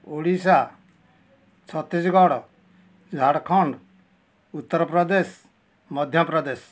Odisha Chhattisgarh Jharkhand Uttar Pradesh Madhya Pradesh